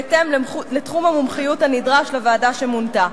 בהתאם לתחום המומחיות הנדרש לוועדה שמונתה.